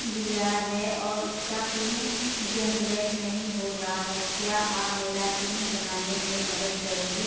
लिया है और उसका पिन जेनरेट नहीं हो रहा है क्या आप मेरा पिन बनाने में मदद करेंगे?